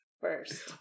first